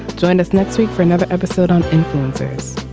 join us next week for another episode on influencers